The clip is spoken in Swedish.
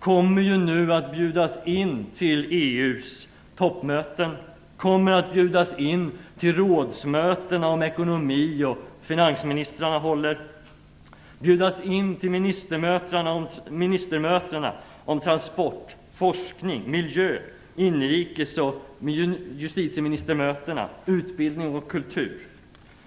kommer att bjudas in till EU:s toppmöten. De kommer att bjudas in till de rådsmöten om ekonomi som finansministrarna håller. De kommer att bjudas in till ministermöten om transport, forskning och miljö. De kommer att bjudas in till inrikes och justitieministermöten, och de kommer att inbjudas till möten om utbildning och kultur.